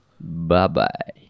Bye-bye